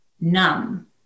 numb